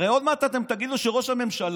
הרי עוד מעט אתם תגידו שראש הממשלה